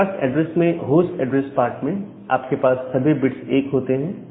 broadcast address में host address part में आपके पास सभी बिट्स 1 होते हैं